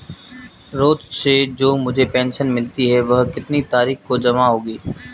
रोज़ से जो मुझे पेंशन मिलती है वह कितनी तारीख को जमा होगी?